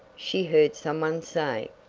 she heard some one say.